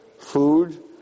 food